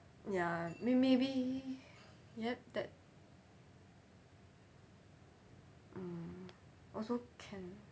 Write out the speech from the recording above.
ya maybe yup that mm also can